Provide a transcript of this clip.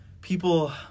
people